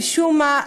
משום מה,